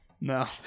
No